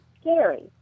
scary